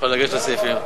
הוא יוכל לגשת לסעיפים.